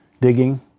digging